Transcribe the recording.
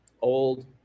old